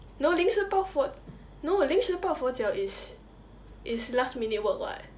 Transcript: no 临时抱佛 no 临时抱佛脚 is is last minute work [what]